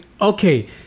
Okay